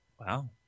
Wow